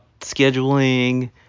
scheduling